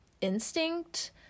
Instinct